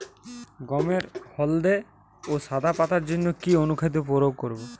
গমের হলদে ও সাদা পাতার জন্য কি অনুখাদ্য প্রয়োগ করব?